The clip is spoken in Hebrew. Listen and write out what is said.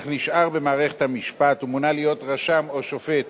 אך נשאר במערכת המשפט ומונה להיות רשם או שופט